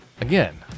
Again